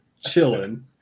chilling